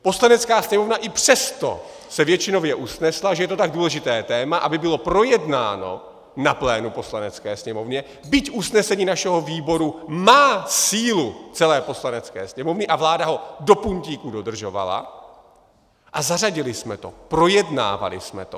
Poslanecká sněmovna i přesto se většinově usnesla, že je to tak důležité téma, aby bylo projednáno na plénu Poslanecké sněmovny, byť usnesení našeho výboru má sílu celé Poslanecké sněmovny a vláda ho do puntíku dodržovala, a zařadili jsme to, projednávali jsme to.